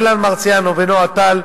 אילן מרסיאנו ונועה טל,